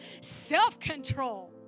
self-control